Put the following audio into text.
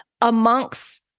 amongst